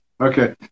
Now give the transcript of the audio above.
Okay